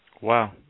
Wow